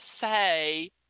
say